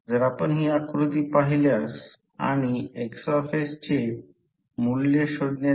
तर हा Hmax आहे आणि हा Bmax आहे यालाच Bmax म्हणतात ते स्टॅच्यूरेटेड आहे